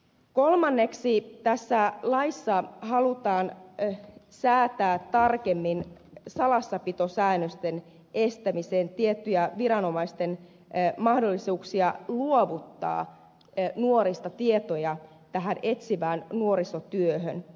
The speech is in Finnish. kolmanneksi tässä laissa halutaan säätää tarkemmin salassapitosäännösten estämiseen tiettyjä viranomaisten mahdollisuuksia luovuttaa nuorista tietoja tähän etsivään nuorisotyöhön